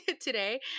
today